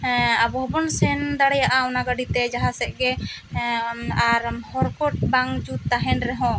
ᱟᱵᱚ ᱦᱚᱸ ᱵᱚᱱ ᱥᱮᱱ ᱫᱟᱲᱮᱭᱟᱜᱼᱟ ᱚᱱᱟ ᱜᱟᱹᱰᱤ ᱛᱮ ᱢᱟᱦᱟᱸ ᱥᱮᱫ ᱜᱮ ᱟᱨᱢ ᱦᱚᱨᱠᱚᱴ ᱵᱟᱝ ᱡᱩᱛ ᱛᱟᱦᱮᱱ ᱨᱮᱦᱚᱸ